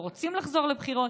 לא רוצים לחזור לבחירות.